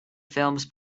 films